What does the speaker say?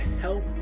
help